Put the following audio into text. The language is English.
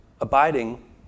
Abiding